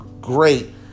great